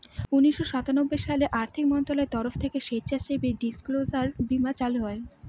উনিশশো সাতানব্বই সালে আর্থিক মন্ত্রণালয়ের তরফ থেকে স্বেচ্ছাসেবী ডিসক্লোজার বীমা চালু হয়